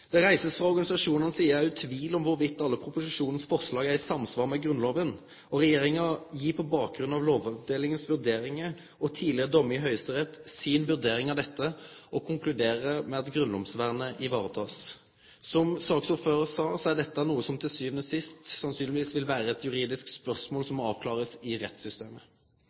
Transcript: Det blir frå organisasjonane si side òg reist tvil om alle forslaga i proposisjonen er i samsvar med Grunnlova. Regjeringa gir på bakgrunn av lovavdelingas vurderingar og tidlegare dommar i Høgsterett si vurdering av dette og konkluderer med at grunnlovsvernet blir vareteke. Som saksordføraren sa, er dette noko som til sjuande og sist sannsynlegvis vil vere eit juridisk spørsmål som må avklarast i rettssystemet.